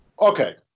Okay